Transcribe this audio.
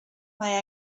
mae